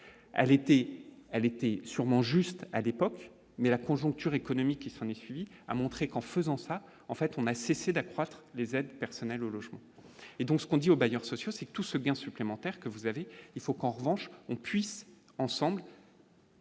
elle, était sûrement juste à des pop, mais la conjoncture économique qui s'en est suivie a montré qu'en faisant ça, en fait on a cessé d'accroître les aides personnelles au logement et donc ce qu'on dit aux bailleurs sociaux, c'est tout ce gain supplémentaire que vous avez, il faut qu'en revanche on puisse ensemble.